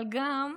אבל גם,